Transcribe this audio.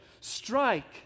strike